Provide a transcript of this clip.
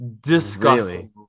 Disgusting